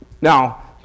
Now